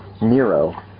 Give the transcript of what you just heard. Nero